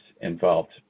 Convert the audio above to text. involved